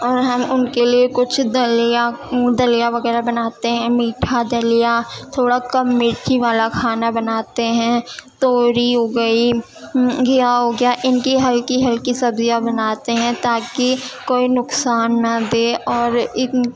اور ہم ان کے لیے کچھ دلیہ دلیہ وغیرہ بناتے ہیں میٹھا دلیہ تھوڑا کم مرچی والا کھانا بناتے ہیں توری ہو گئی گھیا ہو گیا ان کی ہلکی ہلکی سبزیاں بناتے ہیں تاکہ کوئی نقصان نہ دے اور ایک